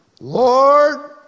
Lord